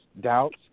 doubts